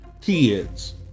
kids